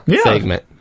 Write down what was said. segment